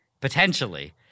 potentially